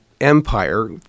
empire